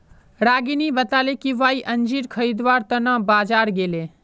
रागिनी बताले कि वई अंजीर खरीदवार त न बाजार गेले